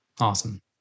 Awesome